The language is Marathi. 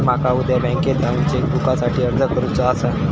माका उद्या बँकेत जाऊन चेक बुकसाठी अर्ज करुचो आसा